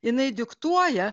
jinai diktuoja